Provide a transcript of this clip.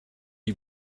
you